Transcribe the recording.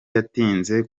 yatinze